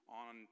on